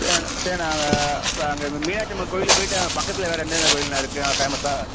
சேரிண்ண சேரிண்ண இப்போ அங்கே மீனாட்சியம்மன் கோயிலுக்கு போயிட்டு பக்கத்தில் வேறு எந்தெந்த கோயில்ண்ண இருக்குது நல்ல ஃபேமஸாக